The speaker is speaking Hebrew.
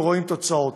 ורואים תוצאות.